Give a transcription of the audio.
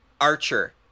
Archer